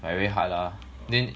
like very hard lah then